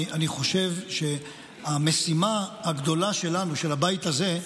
אני חושב שהמשימה הגדולה שלנו, של הבית הזה,